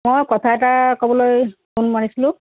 অঁ কথা এটা ক'বলৈ ফোন মাৰিছিলোঁ